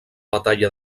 batalla